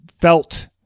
felt